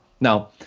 Now